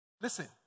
Listen